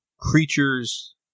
creatures